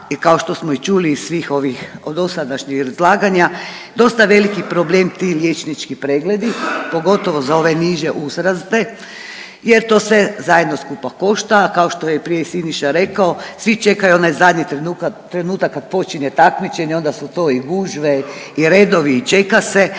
i kao što smo i čuli iz svih ovih od dosadašnjih izlaganja dosta veliki problem ti liječnički pregledi, pogotovo za ove niže uzraste jer to sve zajedno skupa košta, kao što je prije i Siniša rekao svi čekaju onaj zadnji trenutak kad počinje takmičenje onda su to i gužve i redovi i čeka se.